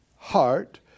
heart